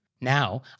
Now